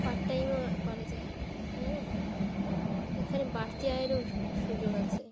part টাইমও করা যায় হ্যাঁ এখানে বাড়তি আয়েরও সু সুযোগ আছে